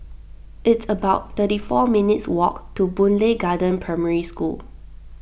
it's about thirty four minutes' walk to Boon Lay Garden Primary School